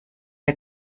der